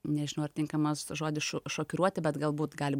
nežinau ar tinkamas žodis šo šokiruoti bet galbūt gali